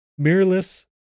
mirrorless